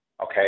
Okay